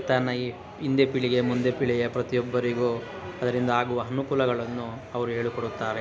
ತನ್ನ ಹಿಂದೆ ಪೀಳಿಗೆ ಮುಂದೆ ಪೀಳಿಗೆ ಪ್ರತಿಯೊಬ್ಬರಿಗೂ ಅದರಿಂದ ಆಗುವ ಅನುಕೂಲಗಳನ್ನು ಅವರು ಹೇಳಿಕೊಡುತ್ತಾರೆ